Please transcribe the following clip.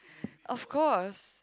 of course